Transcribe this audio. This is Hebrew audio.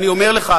אני אומר לך,